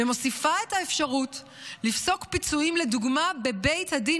ומוסיפה את האפשרות לפסוק פיצויים לדוגמה בבית הדין